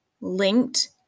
linked